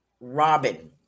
Robin